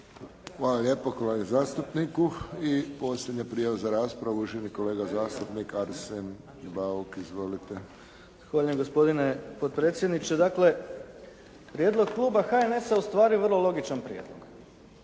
Hvala lijepa kolegi zastupniku. I posljednja prijava za raspravu uvaženi kolega zastupnik Arsen Bauk. Izvolite. **Bauk, Arsen (SDP)** Zahvaljujem. Gospodine potpredsjedniče. Dakle, prijedlog kluba HNS-a ustvari je vrlo logičan prijedlog.